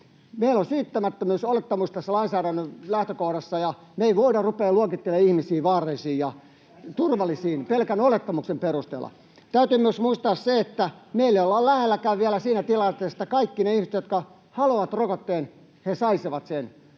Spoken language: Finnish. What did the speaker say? Meillä on syyttämättömyysolettamus tässä lainsäädännön lähtökohdassa, ja me ei voida ruveta luokittelemaan ihmisiä vaarallisiin ja [Ben Zyskowicz: Tässä teille on kaveri!] turvallisiin pelkän olettamuksen perusteella. Täytyy myös muistaa se, että meillä ei olla vielä lähelläkään sitä tilannetta, että kaikki ne ihmiset, jotka haluavat rokotteen, saisivat sen.